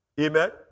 Amen